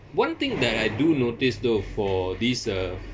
one thing that I do notice though for this uh